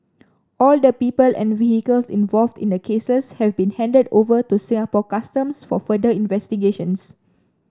all the people and vehicles involved in the cases have been handed over to Singapore Customs for further investigations